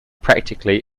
practically